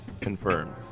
Confirmed